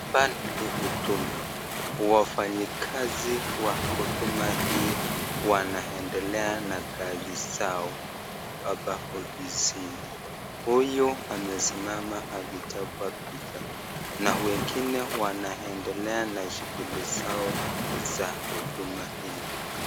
Hapa ni huduma, wafanyikazi wa huduma hii wanaendelea na kazi zao hapa ofisini. Huyu amesimama akichapwa picha na wengine wanaendelea na shughuli zao za huduma Kenya.